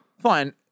Fine